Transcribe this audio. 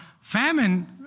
famine